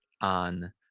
on